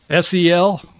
SEL